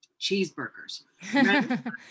Cheeseburgers